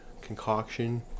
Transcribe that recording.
concoction